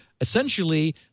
essentially